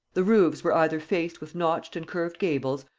the roofs were either faced with notched and curved gables,